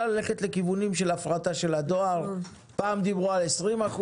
פעם דיברו על 20%,